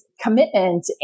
commitment